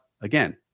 Again